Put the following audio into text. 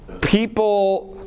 people